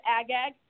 Agag